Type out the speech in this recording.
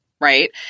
right